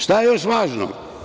Šta je još važno?